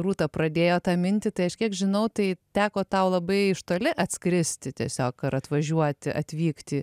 rūta pradėjo tą mintį tai aš kiek žinau tai teko tau labai iš toli atskristi tiesiog ar atvažiuoti atvykti